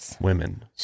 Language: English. women